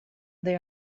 there